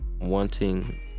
Wanting